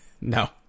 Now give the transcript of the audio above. no